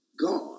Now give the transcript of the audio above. God